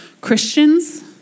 Christians